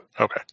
Okay